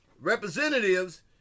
Representatives